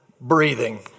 breathing